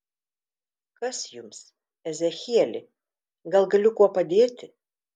kas jums ezechieli gal galiu kuo padėti